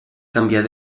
canviar